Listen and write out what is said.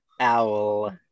owl